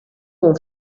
con